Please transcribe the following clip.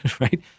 right